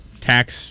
tax